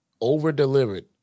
over-delivered